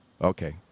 Okay